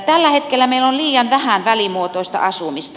tällä hetkellä meillä on liian vähän välimuotoista asumista